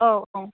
औ औ